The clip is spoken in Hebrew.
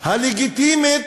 הלגיטימית